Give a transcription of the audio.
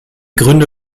gründe